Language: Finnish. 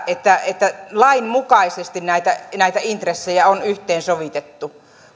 että että lainmukaisesti näitä intressejä on yhteensovitettu